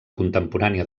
contemporània